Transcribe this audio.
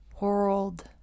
world